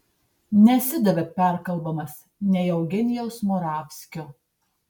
nesidavė perkalbamas nei eugenijaus moravskio